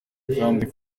kandi